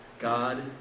God